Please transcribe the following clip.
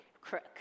crook